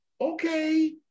okay